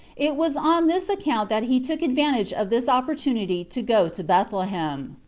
it was on this account that he took advantage of this opportunity to go to bethlehem.